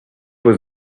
was